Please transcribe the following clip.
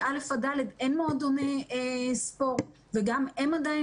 ב-א' עד ד' אין מועדוני ספורט וגם הם עדיין